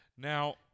Now